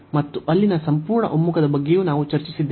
ಮತ್ತು ಅಲ್ಲಿನ ಸಂಪೂರ್ಣ ಒಮ್ಮುಖದ ಬಗ್ಗೆಯೂ ನಾವು ಚರ್ಚಿಸಿದ್ದೇವೆ